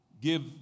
give